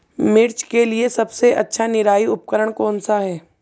मिर्च के लिए सबसे अच्छा निराई उपकरण कौनसा है?